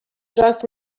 just